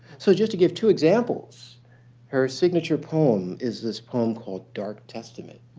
so just to give two examples her signature poem is this poem called, dark testament.